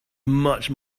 much